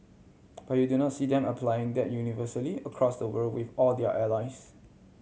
but you do not see them applying that universally across the world with all their allies